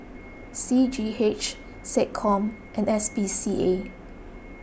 C G H SecCom and S P C A